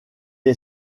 est